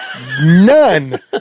None